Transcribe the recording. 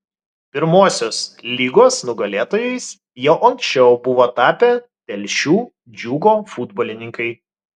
pirmosios lygos nugalėtojais jau anksčiau buvo tapę telšių džiugo futbolininkai